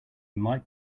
might